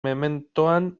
mementoan